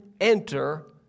enter